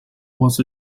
was